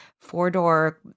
four-door